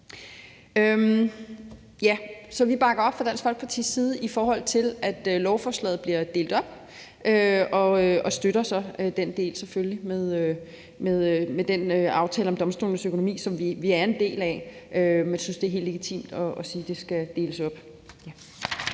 for. Så vi bakker fra Dansk Folkepartis side op om, at lovforslaget bliver delt op, og vi støtter så selvfølgelig den del med aftalen om domstolenes økonomi, som vi er en del af. Men vi synes, det er helt legitimt at sige, at det skal deles op.